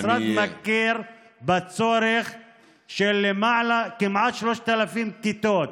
אני, המשרד מכיר בצורך בלמעלה, כמעט 3,000 כיתות.